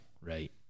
right